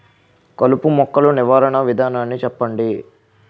కలుపు మొక్కలు నివారణ విధానాన్ని చెప్పండి?